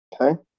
Okay